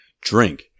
drink